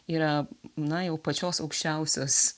yra na jau pačios aukščiausios